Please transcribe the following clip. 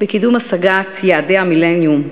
בקידום השגת "יעדי המילניום",